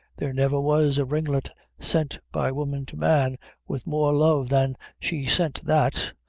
there never was a ringlet sent by woman to man with more love than she sent that.